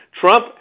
Trump